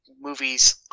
movies